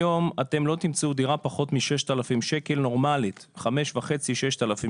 היום אתם לא תמצאו דירה נורמלית בפחות מ-5,500 6,000 שקל,